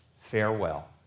Farewell